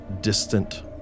distant